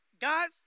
Guys